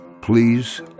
please